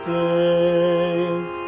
days